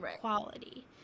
quality